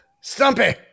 stumpy